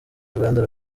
uruganda